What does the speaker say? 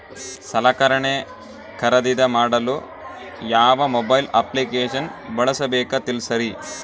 ಸಲಕರಣೆ ಖರದಿದ ಮಾಡಲು ಯಾವ ಮೊಬೈಲ್ ಅಪ್ಲಿಕೇಶನ್ ಬಳಸಬೇಕ ತಿಲ್ಸರಿ?